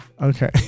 Okay